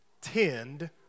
tend